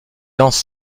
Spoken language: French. lance